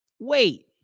Wait